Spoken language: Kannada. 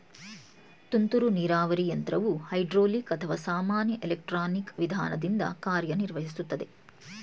ತುಂತುರು ನೀರಾವರಿ ಯಂತ್ರವು ಹೈಡ್ರೋಲಿಕ್ ಅಥವಾ ಸಾಮಾನ್ಯ ಎಲೆಕ್ಟ್ರಾನಿಕ್ ವಿಧಾನದಿಂದ ಕಾರ್ಯನಿರ್ವಹಿಸುತ್ತದೆ